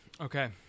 Okay